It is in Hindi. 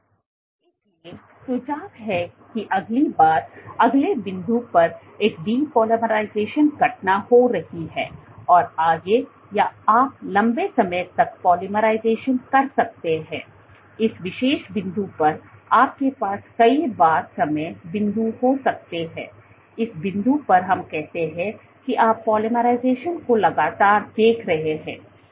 इसलिए सुझाव है कि अगली बार अगले बिंदु पर एक डीपोलीमराइजेशन depolarization घटना हो रही है और आगे या आप लंबे समय तक पोलीमराइजेशन कर सकते हैं इस विशेष बिंदु पर आपके पास कई बार समय बिंदु हो सकते हैं इस बिंदु पर हम कहते हैं कि आप पोलीमराइजेशन को लगातार देख रहे हैं